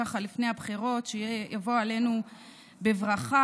לפני הבחירות שיבואו עלינו בברכה,